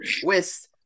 twist